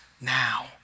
now